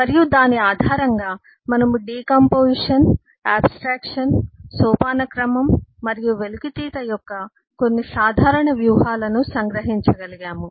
మరియు దాని ఆధారంగా మనము డికాంపొజిషన్ ఆబ్స్ ట్రాక్షన్ సోపానక్రమం మరియు వెలికితీత యొక్క కొన్ని సాధారణ వ్యూహాలను సంగ్రహించగలిగాము